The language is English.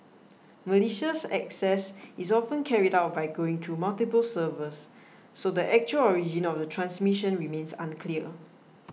malicious access is often carried out by going through multiple servers so the actual origin of the transmission remains unclear